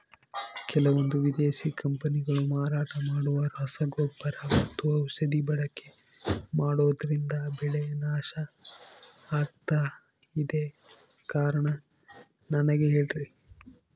ಕೆಲವಂದು ವಿದೇಶಿ ಕಂಪನಿಗಳು ಮಾರಾಟ ಮಾಡುವ ರಸಗೊಬ್ಬರ ಮತ್ತು ಔಷಧಿ ಬಳಕೆ ಮಾಡೋದ್ರಿಂದ ಬೆಳೆ ನಾಶ ಆಗ್ತಾಇದೆ? ಕಾರಣ ನನಗೆ ಹೇಳ್ರಿ?